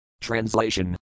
Translation